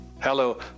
Hello